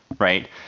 right